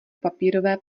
papírové